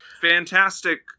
fantastic